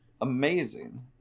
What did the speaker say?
amazing